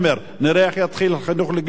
נראה איך יתחיל חינוך לגיל שלוש.